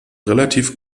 relativ